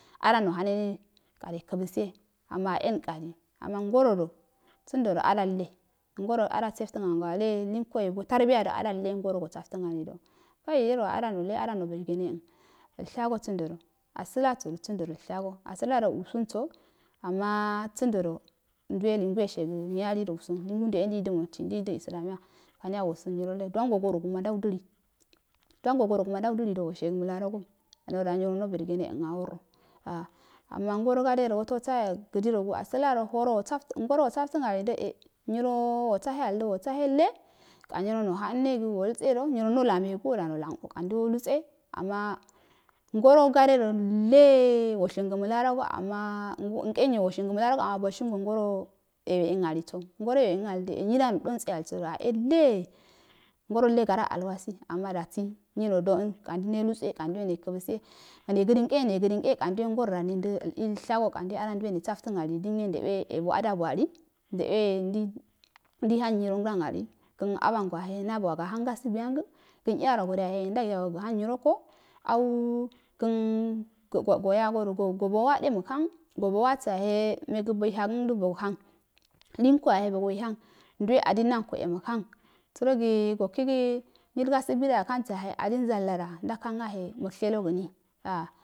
Ada nohane ka nekafa siya amma elnkorri ama ngoroda shundo adalle ngo rodo a da sefton ango do ada sefton ango a dalle linko ngoto go saftn alido kai yerwado a noo burgene ən eishago sundodo asəlasodu sundo doishago asalasodu sunds ama sundodi nduweli nduwe shega nyinalido ubon lingu e neidu dendii islaumiya kamya washinga nyi ralle duwango goroguma ndau dili duwango goro gu ndu diido woshingo malarogo a nyinroda no burgene en a woro a ana ngoro gadedo woto wosahe gidiroso asola horo wasf ngoro wosoftan alido e nyiro wosa heyalido wasahe ka nyiro amega o dano lanano kanduwe wolutse ama ngorogade dolle wo shingə məllargo ama ngu nken enyo woshiga məlaro go ama bola himgo ngoro ijewe ən aliso ngoro ye we analido e nydal no do enterse yatso yane a elle ngorolle gorra a wabi anna dasi ryino doam kandi nelutse kanduwe ne kafasihe kana gadan nke ne gadanke kan nduwe ngar o da nendeile kan duwe nendəshaso annduwe a na saftan ali limye ndweuwe yebo adalbuali ndeuwe nduhana nyiro ngadal ali gan abango wahe logo a hana gasuguiali gan iyarogo yaha nda yasagi ga han yrri ko du gan han gobonso yahe mega boihagəndo banghaoom linko yahe bogo nano nduwe adin anko yahe mughan sərogi gokigi nyingaba ugii da ngahanso yahe adin zauada dag hang yahe mugshelogan nyi a,